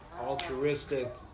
altruistic